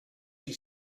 she